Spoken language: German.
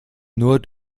nur